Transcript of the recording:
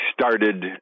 started